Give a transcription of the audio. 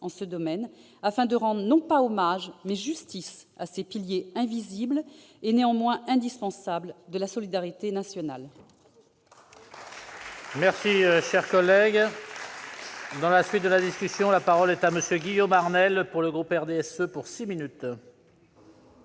dans ce domaine, afin de rendre non pas hommage, mais justice à ces piliers invisibles et néanmoins indispensables de la solidarité nationale